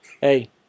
Hey